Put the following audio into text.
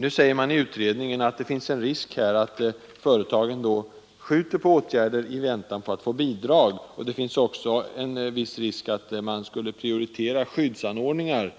I utredningen sägs det att det finns en risk för att företagen skjuter upp åtgärder i väntan på att få bidrag. Det finns också en viss risk för att man skulle prioritera skyddsanordningar,